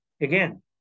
again